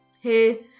hey